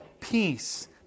peace